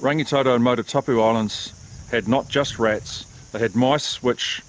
rangitoto and motutapu islands had not just rats, they had mice which